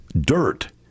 dirt